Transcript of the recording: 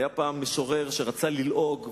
היה פעם משורר שרצה ללעוג ואמר: